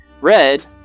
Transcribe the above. red